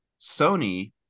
Sony